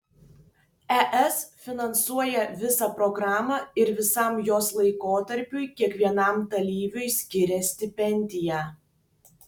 es finansuoja visą programą ir visam jos laikotarpiui kiekvienam dalyviui skiria stipendiją